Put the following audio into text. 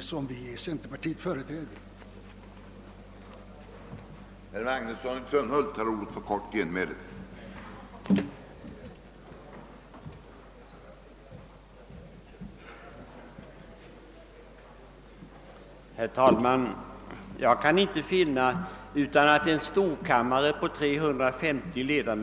som vi inom centerpartiet företräder i fråga om andrakammarledamöternas antal.